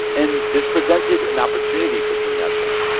and this presented an opportunity for sun yat-sen.